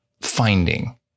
finding